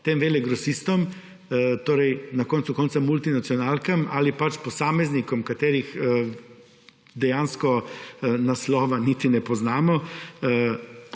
velegrosistom, torej na koncu koncev multinacionalkam ali posameznikom, katerih naslova niti ne poznamo.